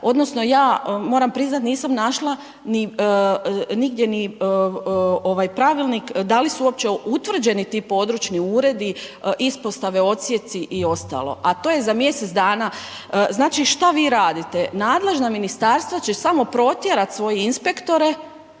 odnosno ja moram priznat nisam našla nigdje ni pravilnik da li su uopće utvrđeni ti područni uredi, ispostave, odsjeci i ostalo a to je za mjesec dana. Znači šta vi radite? Nadležna ministarstva će samo protjerat svoje inspektore